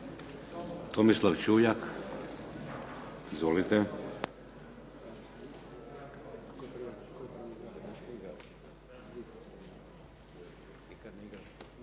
Tomislav Čuljak. Izvolite.